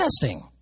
testing